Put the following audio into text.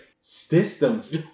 systems